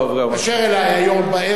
תתקשר אלי היום בערב,